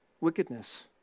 wickedness